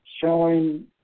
showing